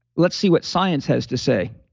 let's see what science has to say.